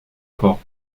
porte